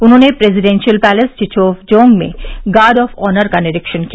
उन्होंने presidential palace छिछोफजोंग में गार्ड ऑफ ऑनर का निरीक्षण किया